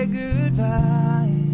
goodbye